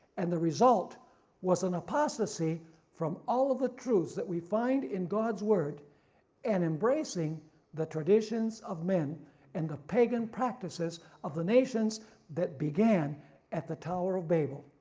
and the result was an apostasy from all of the truths that we find in god's word and embracing the traditions of men and the pagan practices of the nations that began at the tower of babel,